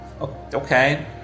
Okay